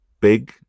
big